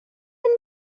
long